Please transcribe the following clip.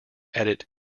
edit